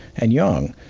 and young.